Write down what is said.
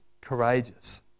courageous